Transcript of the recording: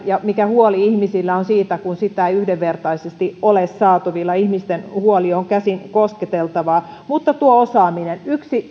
ja mikä huoli ihmisillä on siitä kun sitä ei yhdenvertaisesti ole saatavilla ihmisten huoli on käsinkosketeltavaa mutta tuo osaaminen yksi